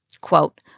quote